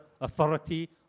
authority